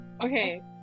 Okay